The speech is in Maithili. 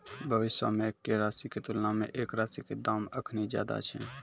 भविष्यो मे एक्के राशि के तुलना मे एक राशि के दाम अखनि ज्यादे छै